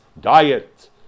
diet